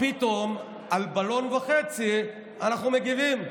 פתאום על בלון וחצי אנחנו מגיבים.